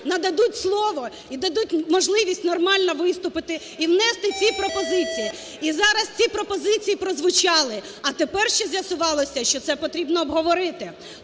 нададуть слово і дадуть можливість нормально виступити і внести ці пропозиції. І зараз ці пропозиції прозвучали. А тепер ще з'ясувалося, що це потрібно обговорити.